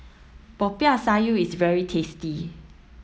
Popiah Sayur is very tasty